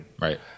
Right